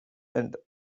and